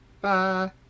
Bye